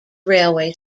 railway